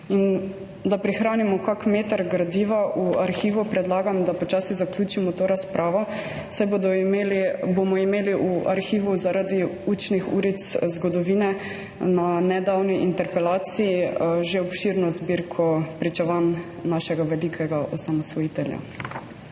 Da prihranimo kak meter gradiva v arhivu, predlagam, da počasi zaključimo to razpravo, saj bomo imeli v arhivu zaradi učnih uric zgodovine na nedavni interpelaciji že obširno zbirko pričevanj našega velikega osamosvojitelja.